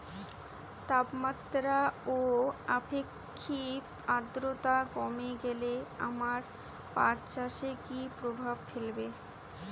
তাপমাত্রা ও আপেক্ষিক আদ্রর্তা কমে গেলে আমার পাট চাষে কী প্রভাব ফেলবে?